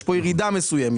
יש פה ירידה מסוימת.